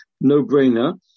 no-brainer